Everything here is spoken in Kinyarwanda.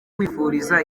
wifuriza